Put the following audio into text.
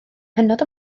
hynod